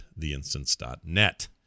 theinstance.net